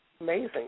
amazing